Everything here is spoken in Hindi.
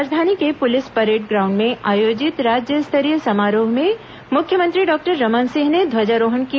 राजधानी के पुलिस परेड ग्राउंड में आयोजित राज्य स्तरीय समारोह में मुख्यमंत्री डॉक्टर रमन सिंह ने ध्वजारोहण किया